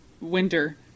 winter